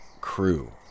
crew